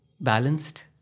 balanced